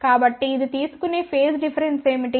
కాబట్టి ఇది తీసుకునే ఫేజ్ డిఫరెన్స్ ఏమిటి